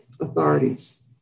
authorities